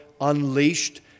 unleashed